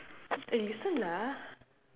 eh listen lah